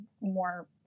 more